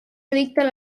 addicte